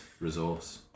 resource